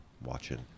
watching